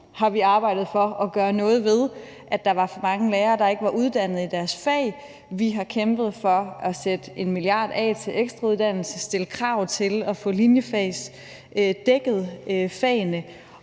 har vi arbejdet for at gøre noget ved, at der var for mange lærere, der ikke var uddannet i deres fag, vi har kæmpet for at sætte 1 mia kr. af til ekstrauddannelse, stille krav til at få linjefagene dækket.